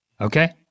Okay